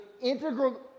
integral